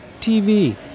TV